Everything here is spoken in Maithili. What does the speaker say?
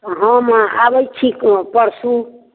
हम आबै छी पऽ परसू